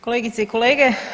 Kolegice i kolege.